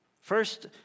First